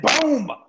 boom